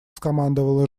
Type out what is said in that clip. скомандовала